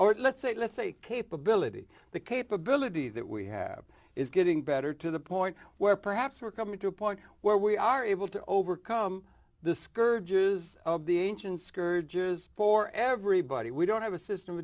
better let's say let's say capability the capability that we have is getting better to the point where perhaps we're coming to a point where we are able to overcome the scourges of the ancient scourges for everybody we don't have a system